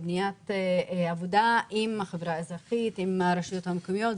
תוך בניית עבודה עם החברה האזרחית והרשויות המקומיות.